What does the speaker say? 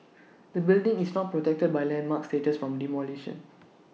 the building is not protected by landmark status from demolition